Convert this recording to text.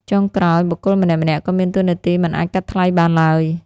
ចុងក្រោយ បុគ្គលម្នាក់ៗក៏មានតួនាទីមិនអាចកាត់ថ្លៃបានឡើយ។